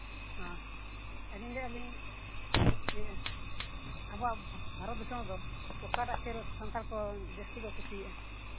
ᱦᱮᱸ ᱟᱹᱞᱤᱧ ᱞᱟᱭᱮᱜᱼᱟ ᱞᱤᱧ ᱤᱭᱟᱹ ᱟᱵᱚᱣᱟᱭᱟᱜ ᱵᱷᱟᱨᱚᱛ ᱫᱤᱥᱚᱢ ᱨᱮᱫᱚ ᱚᱠᱟᱴᱟᱜ ᱛᱮ ᱨᱚᱲ ᱥᱟᱱᱛᱟᱲ ᱠᱚ ᱡᱟᱹᱥᱛᱤ ᱠᱚ ᱠᱩᱥᱤᱭᱟᱜᱼᱟ